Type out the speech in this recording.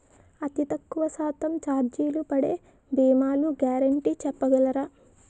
అతి తక్కువ శాతం ఛార్జీలు పడే భీమాలు గ్యారంటీ చెప్పగలరా?